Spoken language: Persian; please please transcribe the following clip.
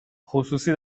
خصوصی